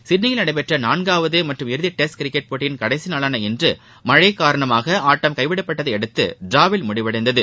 சிட்னியில் நடைபெற்ற நான்காவது மற்றும் இறுதி டெஸ்ட் கிரிக்கெட் போட்டியின் கடைசி நாளான இன்று மழை காரணமாக ஆட்டம் கைவிடப்பட்டதையடுத்து டிராவில் முடிந்தது